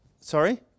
Sorry